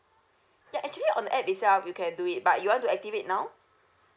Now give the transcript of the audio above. ya actually on the app itself you can do it but you want to activate now